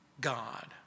God